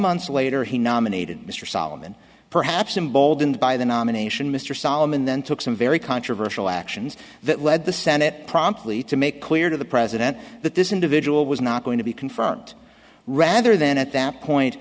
months later he nominated mr solomon perhaps emboldened by the nomination mr solomon then took some very controversial actions that led the senate promptly to make clear to the president that this individual was not going to be confirmed rather than at that point